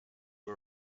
who